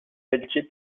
peltier